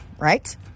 right